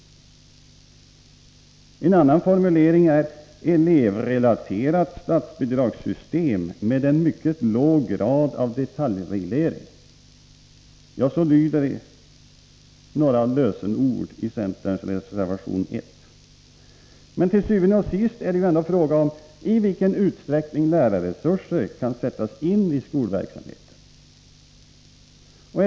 En annan formulering är ”elevrelaterat statsbidragssystem med en mycket låg grad av detaljreglering”. Så lyder några lösenord i centerns reservation 1. Men till syvende og sidst är det ändå fråga om i vilken utsträckning lärarresurser kan sättas in i skolverksamheten.